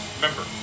Remember